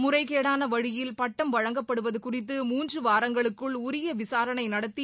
முறைகேடான வழியில் பட்டம் வழங்கப்படுவது குறித்து மூன்று வாரங்களுக்குள் உரிய விசாரணை நடத்தி